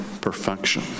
perfection